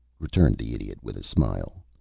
returned the idiot, with a smile.